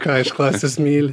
ką iš klasės myli